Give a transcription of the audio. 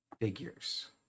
figures